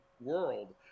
world